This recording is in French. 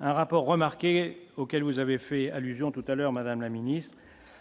un rapport remarqué auquel vous avez fait allusion tout à l'heure, Madame la Ministre